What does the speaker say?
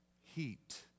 heat